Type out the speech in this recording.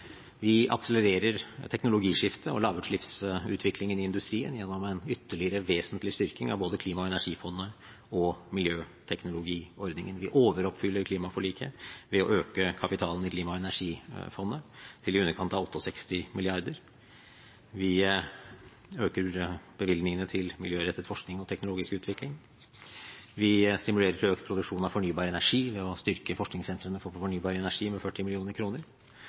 Vi akselererer teknologiskiftet og lavutslippsutviklingen i industrien gjennom en ytterligere vesentlig styrking av både Klima- og energifondet og miljøteknologiordningen. Vi overoppfyller klimaforliket ved å øke kapitalen i Klima- og energifondet til i underkant av 68 mrd. kr. Vi øker bevilgningene til miljørettet forskning og teknologisk utvikling. Vi stimulerer til økt produksjon av fornybar energi ved å styrke forskningssentrene for fornybar energi med 40